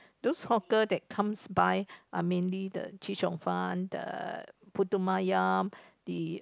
those hawker that comes by are mainly the chee-cheong-fun the putu-mayam the